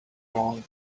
along